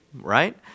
right